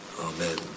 Amen